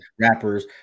rappers